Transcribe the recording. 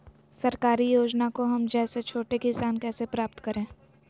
सरकारी योजना को हम जैसे छोटे किसान कैसे प्राप्त करें?